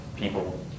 people